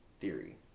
theory